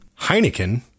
Heineken